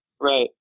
right